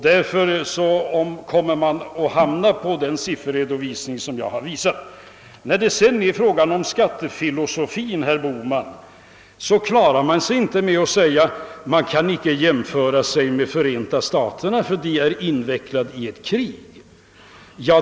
Därför kommer man att hamna på de siffror som jag har visat. När det sedan är fråga om skattefilosofi, herr Bohman, klarar man sig inte med att säga att vi inte kan jämföra oss med Förenta staterna, eftersom detta land är invecklat i ett krig.